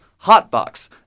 Hotbox